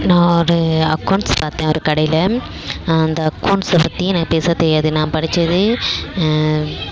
நான் ஒரு அக்கௌண்ட்ஸ் பார்த்தேன் ஒரு கடையில் அந்த அக்கௌண்ட்ஸ் பற்றி எனக்குப் பெருசாத் தெரியாது நான் படிச்சது